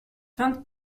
vingt